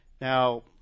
Now